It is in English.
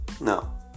No